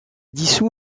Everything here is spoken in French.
dissout